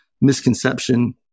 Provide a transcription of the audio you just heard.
misconception